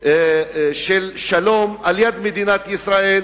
של שלום ליד מדינת ישראל.